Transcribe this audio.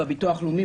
בביטוח הלאומי,